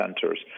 centers